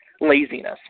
laziness